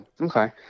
okay